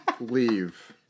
leave